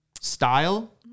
style